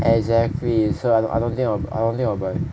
exactly so I I don't think I will I don't think I will buy